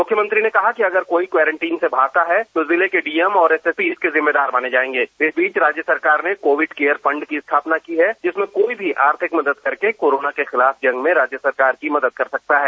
मुख्यमंत्री ने कहा कि अगर कोई क्वारंटीन से भागता है तो जिले के डीएम और एसएसपी जिम्मेदार माने जायेगें इस बीच राज्य सरकार ने कोविड केयर फंड की स्थापना की है जिसमें कोई भी आर्थिक मदद करके कोरोना के खिलाफ जंग में राज्य सरकार की मदद कर सकता है